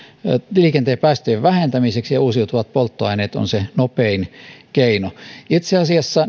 liikenteen päästöjen vähentämiseksi ja uusiutuvat polttoaineet ovat se nopein keino itse asiassa